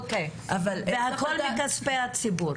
אוקיי, והכול מכספי הציבור.